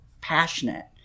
passionate